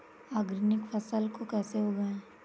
Organic फसल को कैसे उगाएँ?